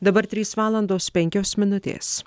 dabar trys valandos penkios minutės